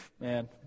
man